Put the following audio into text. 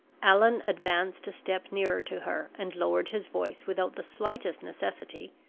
allan advanced a step nearer to her, and lowered his voice, without the slightest necessity,